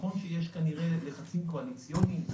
נכון שיש כנראה לחצים קואליציוניים,